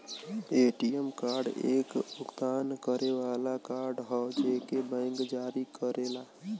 ATM card एक भुगतान करे वाला कार्ड हौ जेके बैंक जारी करेला